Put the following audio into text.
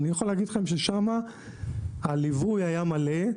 אני יכול להגיד לכם ששם הליווי היה מלא.